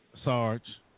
Sarge